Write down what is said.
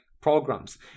programs